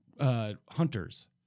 hunters